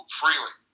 freely